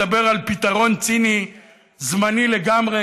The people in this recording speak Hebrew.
מדברים על פתרון ציני זמני לגמרי,